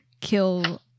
kill